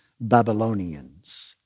Babylonians